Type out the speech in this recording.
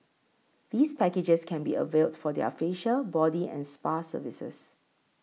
these packages can be availed for their facial body and spa services